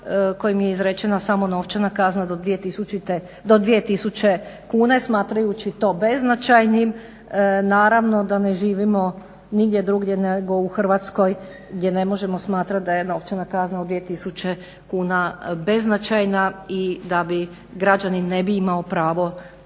kojim je izrečena samo novčana kazna do dvije tisuće kuna smatrajući to beznačajnim. Naravno da ne živimo nigdje drugdje nego u Hrvatskoj gdje ne možemo smatrati da je novčana kazna od dvije tisuće kuna beznačajna i da građanin ne bi imao pravo